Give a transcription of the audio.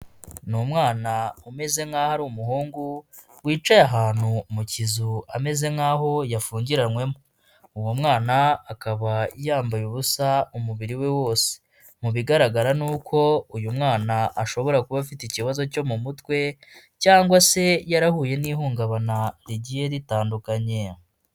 Ni umwana umeze nk'aho ari umuhungu, wicaye ahantu mu kizu ameze nk'aho yafungiranywemo, uwo mwana akaba yambaye ubusa umubiri we wose, mu bigaragara ni uko uyu mwana ashobora kuba afite ikibazo cyo mu mutwe cyangwa se yarahuye n'ihungabana rigiye ritandukanye.